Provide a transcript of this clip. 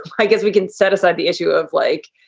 i guess we can set aside the issue of, like,